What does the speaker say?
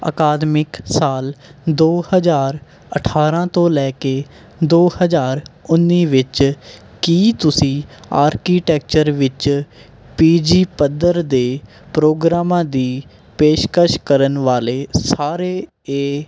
ਅਕਾਦਮਿਕ ਸਾਲ ਦੋ ਹਜ਼ਾਰ ਅਠਾਰ੍ਹਾਂ ਤੋਂ ਲੈ ਕੇ ਦੋ ਹਜ਼ਾਰ ਉੱਨੀ ਵਿੱਚ ਕੀ ਤੁਸੀਂ ਆਰਕੀਟੈਕਚਰ ਵਿੱਚ ਪੀ ਜੀ ਪੱਧਰ ਦੇ ਪ੍ਰੋਗਰਾਮਾਂ ਦੀ ਪੇਸ਼ਕਸ਼ ਕਰਨ ਵਾਲੇ ਸਾਰੇ ਏ